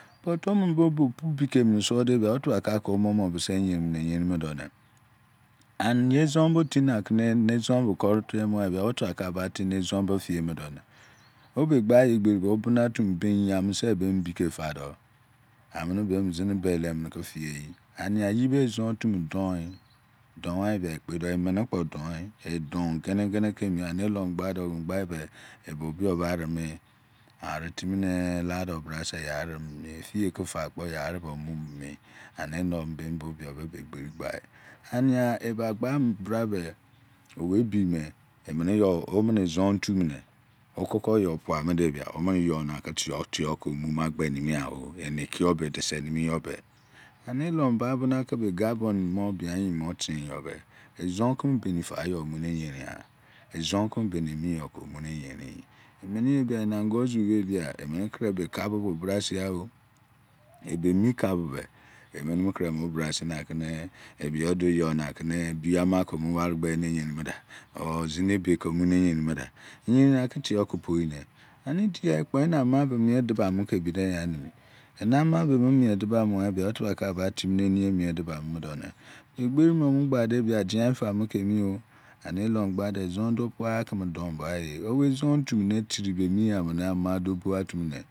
Bo otu mene bo opu pike mene mo de bia tabakake omomo bise eyerinmone eyerimunono on ye ezon bo timi na kene ezon be keritiemugha debia otiba kaketimi ene ezon be keri tie momunene obe gbai egbe rinunese owo bira otumene binyai bike pamudo, amene bemi zini belemenekepieyin ani eyibe ezon otu mini doin dorghaba ekpo emene kpo doin edon genegene kemi ani ke elemu gba do beigbaibe ebobioba areme, ga aretimine bado brase yah areminimi ebie kepakpo yah arebomu minimi, no elomo bo biyo ba egberi gbai aniya ebagbamubra be owebime omene ezon otu mene okoko youpua mudebia younake tuo tuo ko mumagbe emigha o enekiyor be edisenimi yobe ani ecomunake be gabon mini mo biaeyimi nimor hinyobe, ezonkeme benipayo eyeringha, ezon keme beni emiyo ke eyerim bemi evein be enangozi ebia emene kuroi be kabo ebe bo bra singha o ebemi kabobe emene mo kuroi no owobra singhaminimi, ebiyo duo nakene you make biuamake eyerinmuda ov ziniebe ke eyerinmuda, eyerinake tiyoke pieiyine anidiya ekpo enama bemiedibamo kebideinanimi, enama be emu mie debomo debia otabaka ke batimine enye miede bamo done, be egberi miene ogbadabia digan pamukemi, make lomu gbaghamo ezon duo miagha keme donba eh omezon otu mine tribemi offaimene amaduo bogha otumene